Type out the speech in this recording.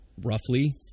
roughly